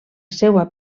seua